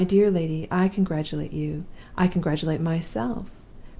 my dear lady, i congratulate you i congratulate myself.